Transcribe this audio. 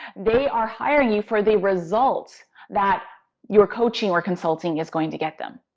they are hiring you for the results that your coaching or consulting is going to get them.